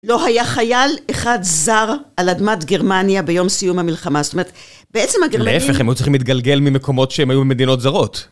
לא היה חייל אחד זר על אדמת גרמניה ביום סיום המלחמה, זאת אומרת, בעצם הגרמנים... להפך, הם היו צריכים להתגלגל ממקומות שהם היו במדינות זרות.